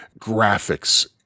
graphics